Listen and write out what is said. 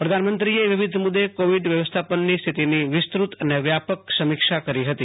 પ્રધાનમંત્રીએ વિવિધ મુદ્દે કોવિડ વ્યવસ્થાપનની સ્થિતિની વિસ્તૃ ત અને વ્યાપક સમીક્ષા કરી હતી